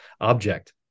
object